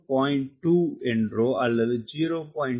2 என்றோ அல்லது 0